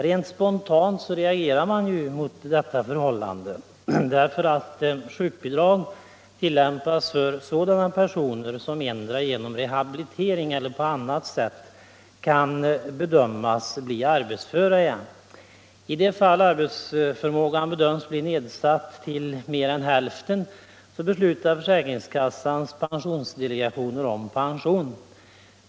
Rent spontant reagerar man mot detta förhållande, därför att sjukbidrag utbetalas till sådana personer som kan bedömas bli arbetsföra igen, endera genom rehabilitering eller på annat sätt. I de fall arbetsförmågan bedöms bli nedsatt till mer än hälften beslutar försäkringskassans pensionsdelegationer om pension.